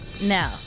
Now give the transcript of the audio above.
No